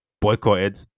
boycotted